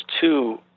two